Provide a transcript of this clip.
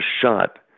shot